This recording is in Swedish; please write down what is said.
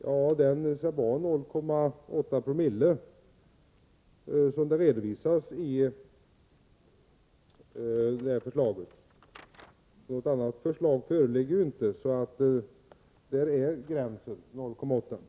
Ja, den skall, som redovisas i förslaget, vara 0,8 Zo. Något annat förslag föreligger inte. Där går alltså gränsen: 0,8 Ko.